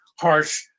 harsh